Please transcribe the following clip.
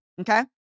Okay